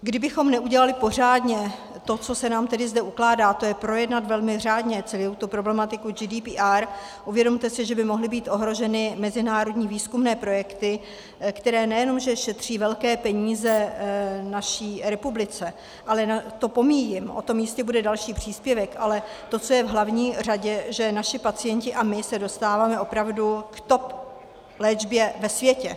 Kdybychom neudělali pořádně to, co se nám zde tedy ukládá, to je projednat velmi řádně celou tu problematiku GDPR, uvědomte si, že by mohly být ohroženy mezinárodní výzkumné projekty, které nejenom že šetří velké peníze naší republice, to pomíjím, o tom jistě bude další příspěvek, ale to, co je v hlavní řadě, že naši pacienti a my se dostáváme opravdu k top léčbě ve světě.